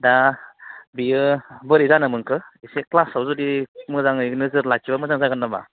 दा बेयो बोरै जानो मोनखो एसे क्लासाव जुदि मोजाङै नोजोर लाखिबा मोजां जागोन नामा